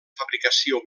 fabricació